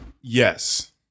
Yes